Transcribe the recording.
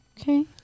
Okay